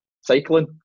cycling